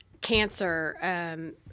cancer